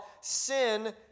sin